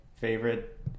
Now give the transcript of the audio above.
favorite